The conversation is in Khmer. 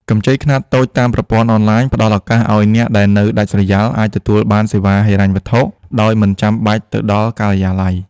កម្ចីខ្នាតតូចតាមប្រព័ន្ធអនឡាញ ផ្ដល់ឱកាសឱ្យអ្នកដែលនៅដាច់ស្រយាលអាចទទួលបានសេវាហិរញ្ញវត្ថុដោយមិនចាំបាច់ទៅដល់ការិយាល័យ។